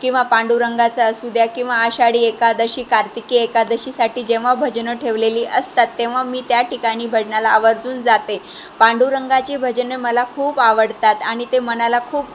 किंवा पांडुरंगाच्या असू द्या किंवा आषाढी एकादशी कार्तिकी एकादशीसाठी जेव्हा भजनं ठेवलेली असतात तेव्हा मी त्या ठिकाणी भजनाला आवर्जून जाते पांडुरंगाची भजनें मला खूप आवडतात आणि ते मनाला खूप